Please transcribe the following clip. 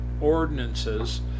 ordinances